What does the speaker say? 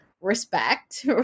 respect